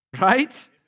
right